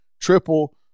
triple